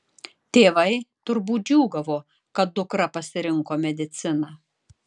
tėvai turbūt džiūgavo kad dukra pasirinko mediciną